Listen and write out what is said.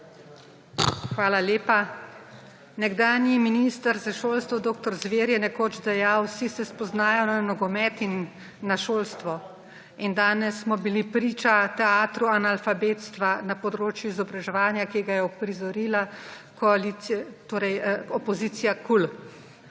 Hvala lepa. Nekdanji minister za šolstvo dr. Zver je nekoč dejal – vsi se spoznajo na nogomet in na šolstvo. In danes smo bili priča teatru analfabetstva na področju izobraževanja, ki ga je uprizorila opozicija KUL.